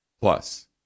Plus